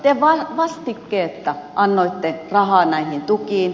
te vastikkeetta annoitte rahaa näihin tukiin